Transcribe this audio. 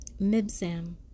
Mibsam